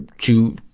to,